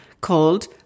called